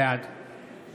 בעד